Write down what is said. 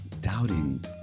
Doubting